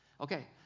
Okay